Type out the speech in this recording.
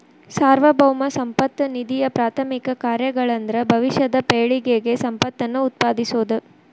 ಸಾರ್ವಭೌಮ ಸಂಪತ್ತ ನಿಧಿಯಪ್ರಾಥಮಿಕ ಕಾರ್ಯಗಳಂದ್ರ ಭವಿಷ್ಯದ ಪೇಳಿಗೆಗೆ ಸಂಪತ್ತನ್ನ ಉತ್ಪಾದಿಸೋದ